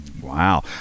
Wow